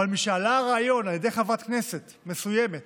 משעלה הרעיון על ידי חברת כנסת מסוימת